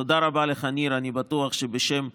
תודה רבה לך, ניר, אני בטוח שבשם כולנו.